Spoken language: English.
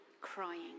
crying